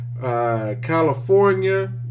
California